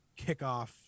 kickoff